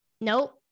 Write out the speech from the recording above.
nope